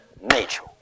nature